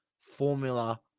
Formula